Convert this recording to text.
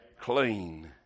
clean